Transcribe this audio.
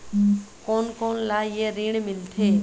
कोन कोन ला ये ऋण मिलथे?